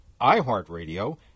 iHeartRadio